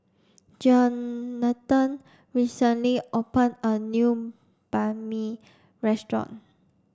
Johnathan recently open a new Banh Mi restaurant